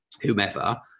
whomever